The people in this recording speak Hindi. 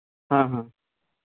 हाँ हाँ